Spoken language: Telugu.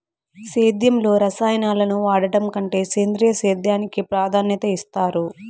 సేద్యంలో రసాయనాలను వాడడం కంటే సేంద్రియ సేద్యానికి ప్రాధాన్యత ఇస్తారు